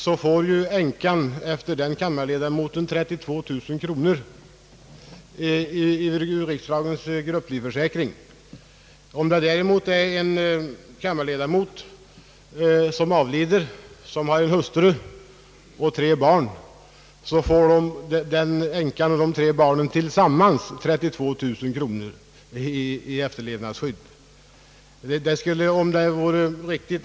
Då får änkan 32000 kronor från riksdagens grupplivförsäkring. Om däremot en ledamot avlider, som har hustru och tre barn, får änkan och barnen tillsammans 32000 kronor i efterlevandeskydd.